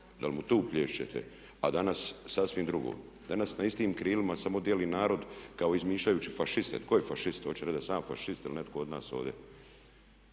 Dal mu tu plješćete, a danas sasvim drugo. Danas na istim krilima samo dijeli narod kao izmišljajući Fašiste, tko je Fašist, hoćete reč da sam ja Fašist, ili netko od nas ovdje